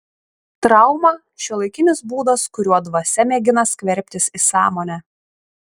trauma šiuolaikinis būdas kuriuo dvasia mėgina skverbtis į sąmonę